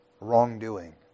wrongdoing